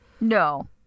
No